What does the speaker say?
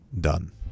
done